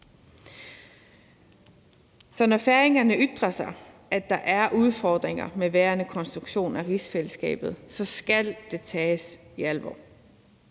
Så når færingerne ytrer sig om, at der er udfordringer med den nuværende konstruktion af rigsfællesskabet, skal det tages alvorligt.